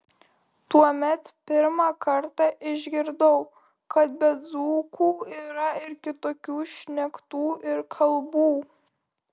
tuomet pirmą kartą išgirdau kad be dzūkų yra ir kitokių šnektų ir kalbų